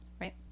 right